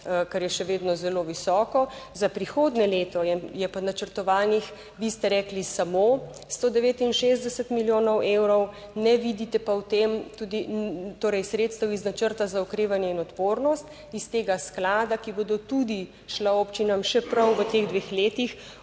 kar je še vedno zelo visoko, za prihodnje leto je pa načrtovanih, vi ste rekli samo 169 milijonov evrov, ne vidite pa v tem tudi torej sredstev iz načrta za okrevanje in odpornost, iz tega sklada, ki bodo tudi šla občinam še prav v teh dveh letih,